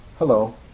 Hello